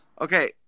Okay